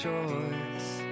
choice